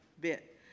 bit